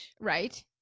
right